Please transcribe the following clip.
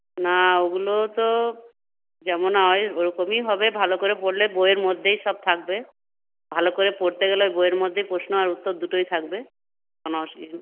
না ওগুলো তো যেমন হয় ওরকমই হবে ভালো করে পড়লে বইয়ের মধ্যেই সব থাকবে ভালো করে পড়তে গেলে বইয়ের মধ্যে প্রশ্ন আর উত্তর দুটোই থাকবে কোনো অসুবিধা নেই